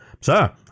Sir